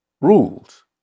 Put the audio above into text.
rules